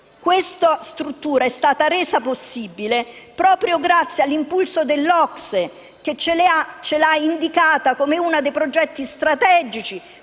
questa struttura è stata resa possibile proprio grazie all'impulso dell'OCSE, che ce l'ha indicata come uno dei progetti strategici